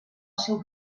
seu